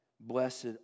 Blessed